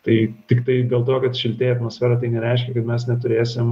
tai tiktai dėl to kad šiltėja atmosfera tai nereiškia kad mes neturėsim